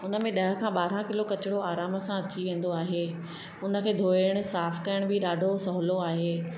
उन में ॾह खां ॿारहं किलो किचिरो आराम सां अची वेंदो आहे उन खे धुअण साफ़ करण बि ॾाढो सहुलो आहे